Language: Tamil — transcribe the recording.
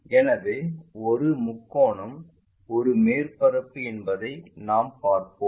எனவே ஒரு முக்கோணம் ஒரு மேற்பரப்பு என்பதை நாம் பார்ப்போம்